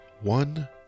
One